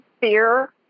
Fear